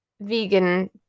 vegan